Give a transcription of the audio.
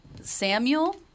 Samuel